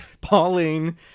Pauline